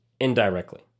indirectly